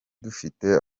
dufite